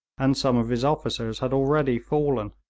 and some of his officers had already fallen.